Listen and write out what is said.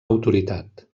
autoritat